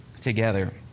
together